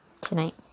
Tonight